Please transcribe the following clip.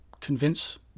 convince